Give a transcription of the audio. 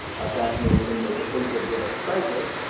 our fascination with the things that give us pleasure.